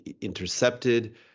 intercepted